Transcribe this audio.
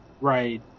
right